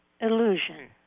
illusion